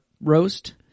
roast